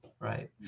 Right